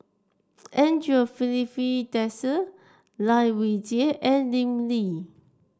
Andre Filipe Desker Lai Weijie and Lim Lee